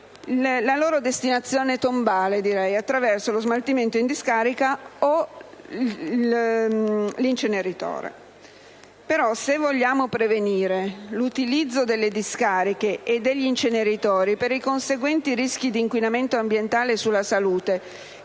la loro destinazione tombale attraverso il loro smaltimento in discarica o nell'inceneritore. Se vogliamo prevenire l'utilizzo delle discariche e degli inceneritori per i conseguenti rischi di inquinamento ambientale e sulla salute